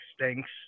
stinks